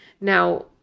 Now